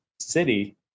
city